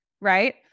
right